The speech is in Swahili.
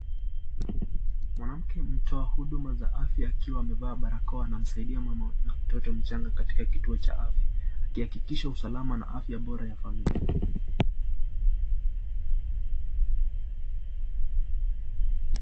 Mwanamke mtoa huduma za afya akiwa amevaa barakoa, anamsaidia mama na mtoto mchanga katika kituo cha afya, akihakikisha usalama na afya bora ya familia.